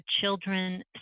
children